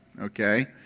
okay